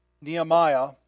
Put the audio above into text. Nehemiah